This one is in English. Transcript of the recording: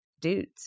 dudes